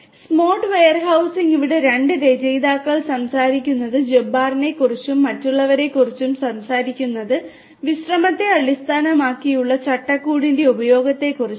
smart warehousing ഇവിടെ രചയിതാക്കൾ സംസാരിക്കുന്നത് ജബ്ബാറിനെക്കുറിച്ചും മറ്റുള്ളവരെക്കുറിച്ചും സംസാരിക്കുന്നത് വിശ്രമത്തെ അടിസ്ഥാനമാക്കിയുള്ള ചട്ടക്കൂടിന്റെ ഉപയോഗത്തെക്കുറിച്ചാണ്